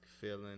feeling